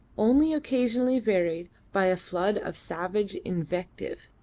only occasionally varied by a flood of savage invective.